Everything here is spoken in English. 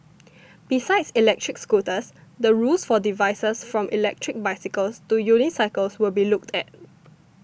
besides electric scooters the rules for devices from electric bicycles to unicycles will be looked at